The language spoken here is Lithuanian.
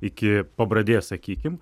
iki pabradės sakykim